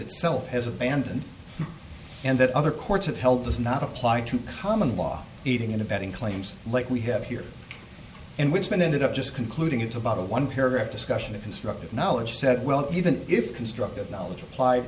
itself has abandoned and that other courts have held does not apply to common law aiding and abetting claims like we have here in which men ended up just concluding it's about a one paragraph discussion of constructive knowledge said well even if constructive knowledge appl